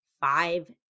five